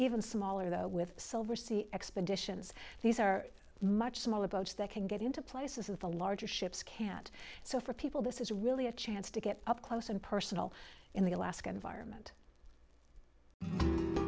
even smaller though with silversea expeditions these are much smaller boats that can get into places with the larger ships can't so for people this is really a chance to get up close and personal in the alaska environment